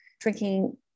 drinking